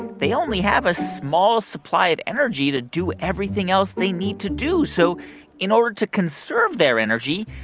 they only have a small supply of energy to do everything else they need to do. so in order to conserve their energy,